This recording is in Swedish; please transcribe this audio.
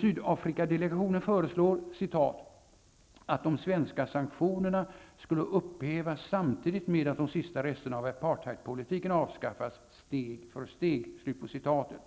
Sydafrikadelegationen föreslår emellertid att ''de svenska sanktionerna skulle upphävas samtidigt med att de sista resterna av apartheidpolitiken avskaffas, steg för steg''.